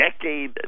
decade